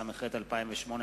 התשס"ח 2008,